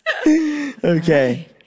Okay